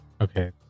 Okay